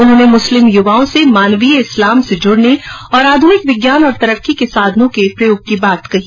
उन्होंने मुस्लिम युवाओं से मानवीय इस्लाम से जुडने और आध्रनिक विज्ञान और तरक्की के साधनों के प्रयोग की बात केही